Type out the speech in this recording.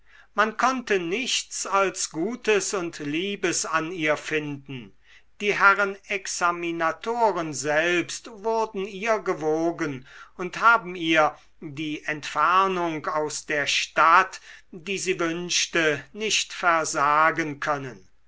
man konnte nichts als gutes und liebes an ihr finden die herren examinatoren selbst wurden ihr gewogen und haben ihr die entfernung aus der stadt die sie wünschte nicht versagen können